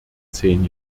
zehn